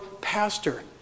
pastor